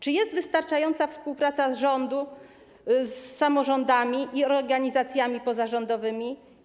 Czy jest wystarczająca współpraca rządu z samorządami i organizacjami pozarządowymi?